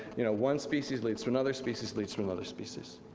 you know one species leads to another species leads to another species.